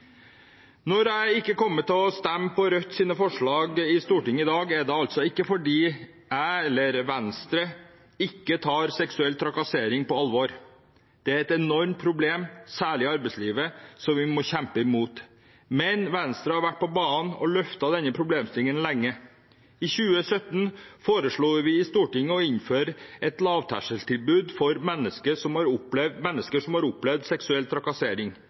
Når jeg ikke kommer til å stemme for Rødts forslag i Stortinget i dag, er det ikke fordi jeg eller Venstre ikke tar seksuell trakassering på alvor. Det er et enormt problem, særlig i arbeidslivet, som vi må kjempe imot. Men Venstre har vært på banen og løftet denne problemstillingen lenge. I 2017 foreslo vi i Stortinget å innføre et lavterskeltilbud for mennesker som har opplevd